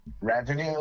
revenue